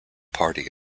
party